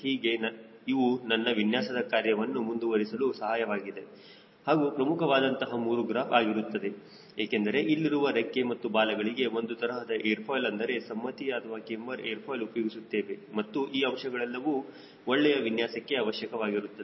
ಹೀಗೆ ಇವು ನನ್ನ ವಿನ್ಯಾಸದ ಕಾರ್ಯವನ್ನು ಮುಂದುವರಿಸಲು ಸಹಾಯಕವಾದ ಹಾಗೂ ಪ್ರಮುಖವಾದಂತಹ 3 ಗ್ರಾಫ್ ಆಗಿರುತ್ತದೆ ಏಕೆಂದರೆ ಇಲ್ಲಿರುವ ರೆಕ್ಕೆ ಮತ್ತು ಬಾಲಗಳಿಗೆ ಒಂದು ತರಹದ ಏರ್ ಫಾಯ್ಲ್ ಅಂದರೆ ಸಮ್ಮತಿಯ ಅಥವಾ ಕ್ಯಾಮ್ಬರ್ ಏರ್ ಫಾಯ್ಲ್ ಉಪಯೋಗಿಸುತ್ತೇವೆ ಮತ್ತು ಈ ಅಂಶಗಳೆಲ್ಲವೂ ಒಳ್ಳೆಯ ವಿನ್ಯಾಸಕ್ಕೆ ಅವಶ್ಯಕವಾಗಿರುತ್ತವೆ